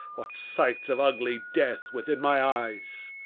what sights of ugly death within my eyes!